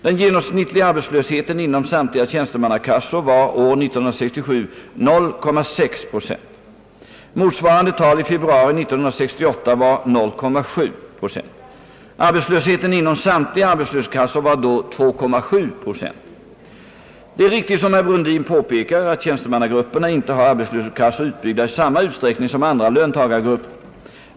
Den genomsnittliga arbetslösheten inom samtliga tjänstemannakassor var år 1967 0,6 Zo. Motsvarande tal i februari Det är riktigt som herr Brundin påpekar att tjänstemannagrupperna inte har arbetslöshetskassor utbyggda i samma utsträckning som andra löntagargrupper.